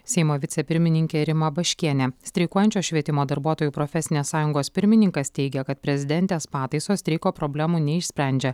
seimo vicepirmininkė rima baškienė streikuojančios švietimo darbuotojų profesinės sąjungos pirmininkas teigia kad prezidentės pataisos streiko problemų neišsprendžia